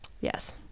Yes